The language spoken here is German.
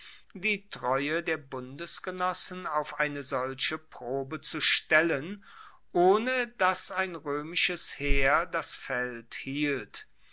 die treue der bundesgenossen auf eine solche probe zu stellen ohne dass ein roemisches heer das feld hielt